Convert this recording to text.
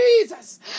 Jesus